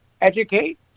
educate